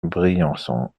briançon